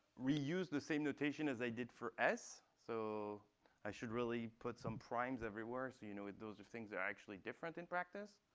reuse the same notation as i did for s. so i should really put some primes everywhere, so you know those are things that are actually different in practice.